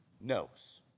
knows